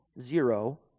zero